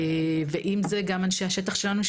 ואם זה אנשי השטח שלנו,